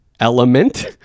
element